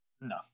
No